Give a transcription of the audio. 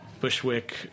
Bushwick